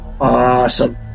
Awesome